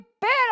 better